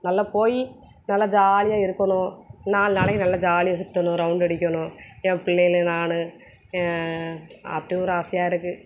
நல்லா போய் நல்லா ஜாலியாக இருக்கணும் நாலு நாளைக்கு நல்லா ஜாலியாக சுற்றணும் ரௌண்டு அடிக்கணும் என் பிள்ளைகளு நானும் அப்படி ஒரு ஆசையாக இருக்குது